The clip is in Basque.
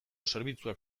zerbitzuak